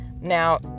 Now